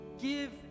give